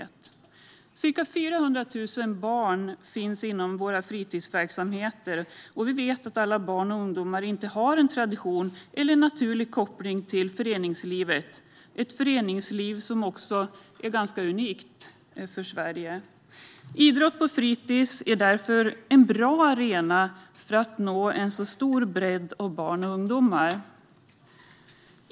Det finns ca 400 000 barn inom fritidsverksamheterna, och vi vet att alla barn och ungdomar inte har en tradition eller en naturlig koppling till föreningslivet - ett föreningsliv som ju är ganska unikt för Sverige. Idrott på fritids är därför en bra arena för att nå en stor bredd av barn och ungdomar.